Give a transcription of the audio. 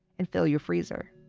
and fill your freezer